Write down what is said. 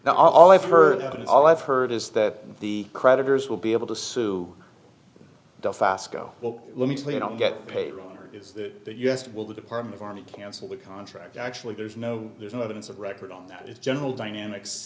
now all i've heard all i've heard is that the creditors will be able to sue duff asco well let me tell you don't get paid wrong here is that the u s will the department of army cancel the contract actually there's no there's no evidence of record on that it's general dynamics